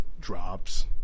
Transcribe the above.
drops